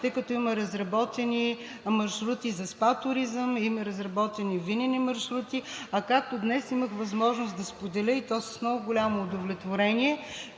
тъй като има разработени маршрути за СПА туризъм, има разработени винени маршрути, а както днес имах възможност да споделя, и то с много голямо удовлетворение,